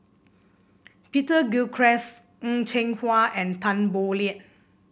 Peter Gilchrist Heng Cheng Hwa and Tan Boo Liat